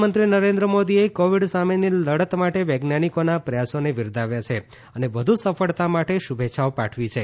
પ્રધાનમંત્રી નરેન્દ્ર મોદીએ કોવિડ સામેની લડત માટે વૈજ્ઞાનિકોના પ્રયાસોને બિરદાવ્યા છે અને વધુ સફળતા માટે શુભેચ્છાઓ પાઠવી છે